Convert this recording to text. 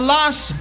Lost